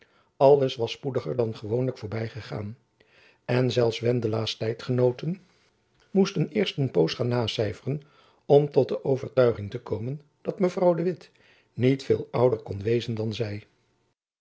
alles was spoediger dan gewoonlijk voorbygegaan en zelfs wendelaas tijdgenooten moesten eerst een poos gaan nacyferen om tot de overtuiging te komen dat mevrouw de witt niet veel ouder kon wezen dan zy